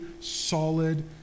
solid